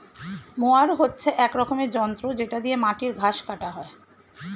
mower হচ্ছে এক রকমের যন্ত্র যেটা দিয়ে মাটির ঘাস কাটা হয়